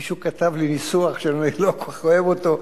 מישהו כתב לי ניסוח שאני לא כל כך אוהב אותו.